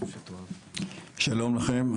שלום לכם.